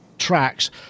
Tracks